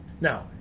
Now